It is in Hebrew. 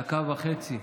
דקה וחצי.